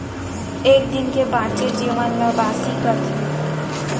एक दिन के बांचे जेवन ल बासी कथें